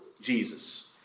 Jesus